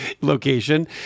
location